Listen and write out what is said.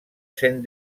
saint